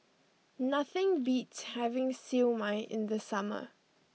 nothing beats having Siew Mai in the summer